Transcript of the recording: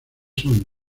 son